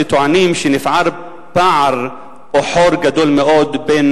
שטוענים שנפער פער או חור גדול מאוד בין